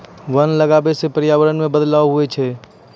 वन लगबै से पर्यावरण मे भी बदलाव हुवै छै